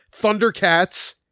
Thundercats